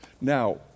Now